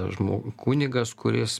žmog kunigas kuris